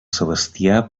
sebastià